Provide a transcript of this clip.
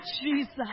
Jesus